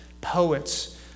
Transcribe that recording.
poets